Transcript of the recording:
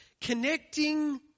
Connecting